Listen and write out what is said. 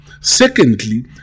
secondly